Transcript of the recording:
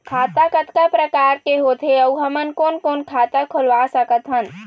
खाता कतका प्रकार के होथे अऊ हमन कोन कोन खाता खुलवा सकत हन?